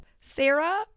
Sarah